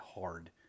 hard